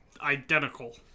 identical